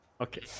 Okay